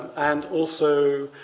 and also,